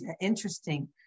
Interesting